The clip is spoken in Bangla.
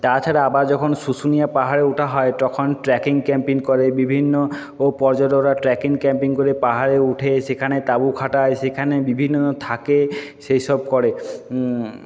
তাছাড়া আবার যখন শুশুনিয়া পাহাড়ে ওঠা হয় তখন ট্র্যাকিং ক্যাম্পিং করেন বিভিন্ন পর্যটকরা ট্র্যাকিং ক্যাম্পিং করে পাহাড়ে উঠে সেখানে তাঁবু খাটায় সেখানে বিভিন্ন থাকে সেই সব করে